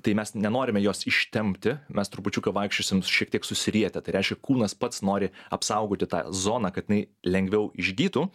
tai mes nenorime jos ištempti mes trupučiuką vaikščiosim šiek tiek susirietę tai reiškia kūnas pats nori apsaugoti tą zoną kad jinai lengviau išgytų